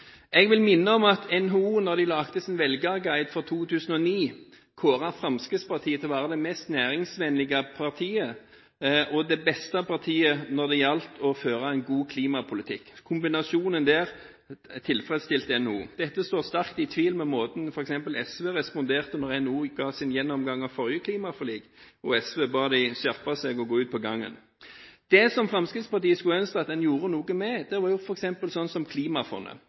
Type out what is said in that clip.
Jeg vil minne om at NHO – da de lagde sin velgerguide for 2009 – kåret Fremskrittspartiet til å være det mest næringsvennlige partiet og det beste partiet når det gjaldt å føre en god klimapolitikk. Denne kombinasjonen tilfredsstilte NHO. Dette står i sterk kontrast til måten som f.eks. SV responderte på da NHO kom med sin gjennomgang av forrige klimaforlik, da SV ba dem skjerpe seg og gå ut på gangen. Det Fremskrittspartiet skulle ønske man gjorde noe med, var f.eks. klimafondet. Det